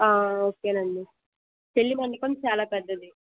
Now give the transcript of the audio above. okay అండి పెళ్ళి మండపం చాలా పెద్దది